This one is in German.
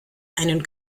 einen